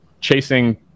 chasing